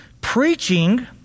preaching